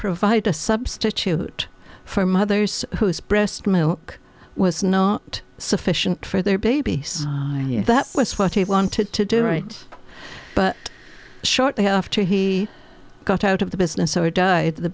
provide a substitute for mothers whose breast milk was not sufficient for their baby that was what he wanted to do right but shortly after he got out of the business or died the